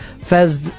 Fez